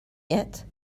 yet